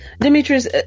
Demetrius